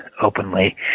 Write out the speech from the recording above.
openly